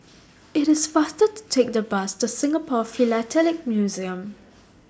IT IS faster to Take The Bus to Singapore Philatelic Museum